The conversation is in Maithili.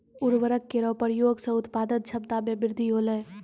उर्वरक केरो प्रयोग सें उत्पादन क्षमता मे वृद्धि होलय